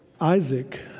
Isaac